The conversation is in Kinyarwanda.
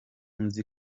nzi